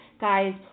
guys